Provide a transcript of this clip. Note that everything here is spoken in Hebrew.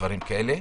דברים כאלה.